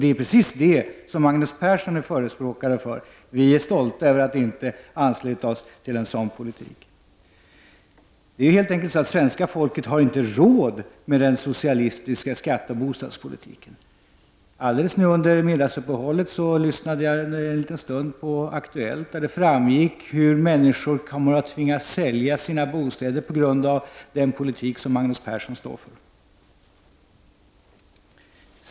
Det är precis vad Magnus Persson förespråkar. Vi känner oss stolta över att inte ansluta oss till en sådan politik. Svenska folket har helt enkelt inte råd med den socialistiska skatteoch bostadspolitiken. Under middagsuppehållet lyssnade jag en stund på Aktuellt. Det framkom där att människor tvingas sälja sina bostäder på grund av den politik som Magnus Persson står för.